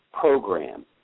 program